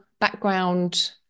background